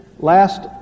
Last